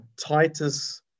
Titus